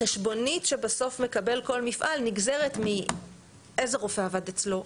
החשבונית שבסוף מקבל כל מפעל נגזרת מאיזה רופא עבד אצלו,